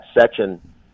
section